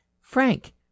Frank